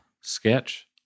sketch